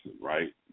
right